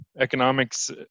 Economics